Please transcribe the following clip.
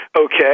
Okay